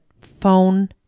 phone